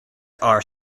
are